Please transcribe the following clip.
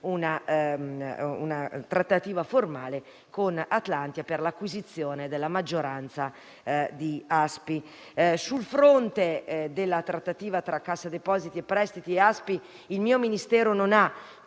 una trattativa formale con Atlantia per l'acquisizione della maggioranza della società Aspi. Sul fronte della trattativa tra Cassa depositi e prestiti e Aspi, il mio Ministero non ha